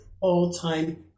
all-time